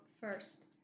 first